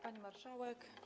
Pani Marszałek!